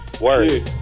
Word